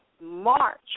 March